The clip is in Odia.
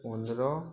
ପନ୍ଦର